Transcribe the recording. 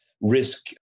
risk